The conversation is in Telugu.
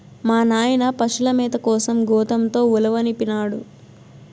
మా నాయన పశుల మేత కోసం గోతంతో ఉలవనిపినాడు